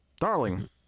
darling